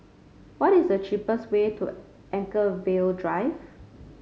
what is the cheapest way to Anchorvale Drive